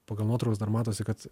pagal nuotraukas dar matosi kad